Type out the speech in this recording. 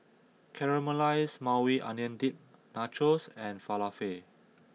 Caramelized Maui Onion Dip Nachos and Falafel